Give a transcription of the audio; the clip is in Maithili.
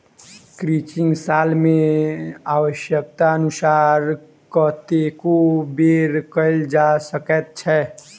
क्रचिंग साल मे आव्श्यकतानुसार कतेको बेर कयल जा सकैत छै